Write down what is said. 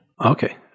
Okay